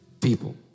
people